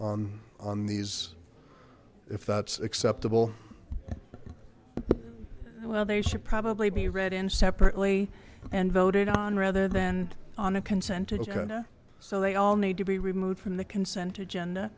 on these if that's acceptable well they should probably be read in separately and voted on rather than on a consent interna so they all need to be removed from the consent agenda